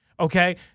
Okay